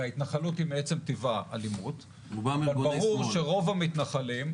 הרי ההתנחלות ברור שרוב המתנחלים,